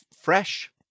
fresh